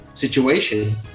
Situation